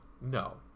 No